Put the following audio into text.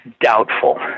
doubtful